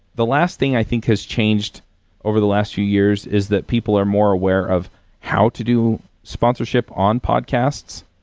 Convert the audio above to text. the last thing i think has changed over the last two years is that people are more aware of how to do sponsorship on podcasts.